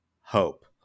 hope